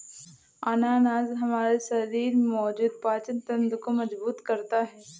अनानास हमारे शरीर में मौजूद पाचन तंत्र को मजबूत करता है